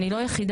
אני לא היחידה.